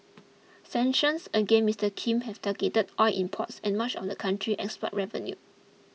sanctions against Mister Kim have targeted oil imports and much of the country's export revenue